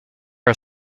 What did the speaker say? are